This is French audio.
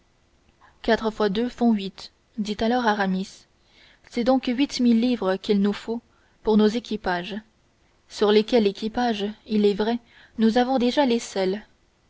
quatre fois deux font huit dit alors aramis c'est donc huit mille livres qu'il nous faut pour nos équipages sur lesquels équipages il est vrai nous avons déjà